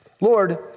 Lord